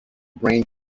brain